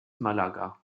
málaga